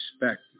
respect